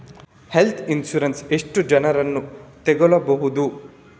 Health insurance ಎಷ್ಟು ಜನರನ್ನು ತಗೊಳ್ಬಹುದು?